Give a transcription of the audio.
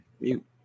Mute